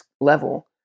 level